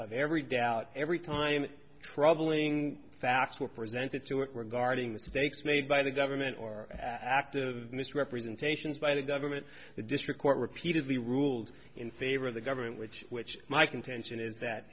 of every doubt every time troubling facts were presented to it regarding mistakes made by the government or act of misrepresentations by the government the district court repeatedly ruled in favor of the government which which my contention is that